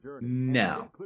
No